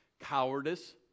cowardice